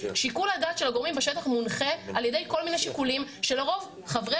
שיקול הדעת של הגורמים בשטח מונחה על ידי כל מיני שיקולים שלרוב חברי